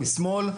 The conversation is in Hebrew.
או משמאל,